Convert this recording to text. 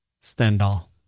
Stendhal